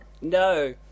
No